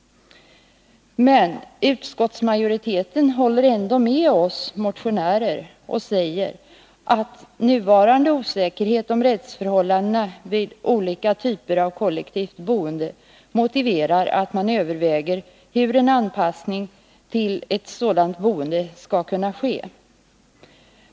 Men utskottsmajoriteten håller med oss motionärer och säger att ”nuvarande osäkerhet om rättsförhållandena vid olika typer av kollektivt boende motiverar att man överväger hur en anpassning av hyreslagstiftningen till ett sådant boende skall kunna ske”.